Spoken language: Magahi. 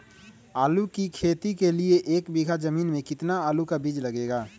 आलू की खेती के लिए एक बीघा जमीन में कितना आलू का बीज लगेगा?